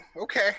okay